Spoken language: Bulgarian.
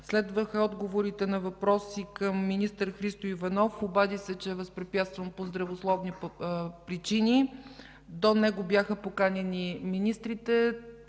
Следваха отговорите на въпроси към министър Христо Иванов. Обади се, че е възпрепятстван по здравословни причини. До него бяха поканени министрите